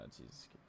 Jesus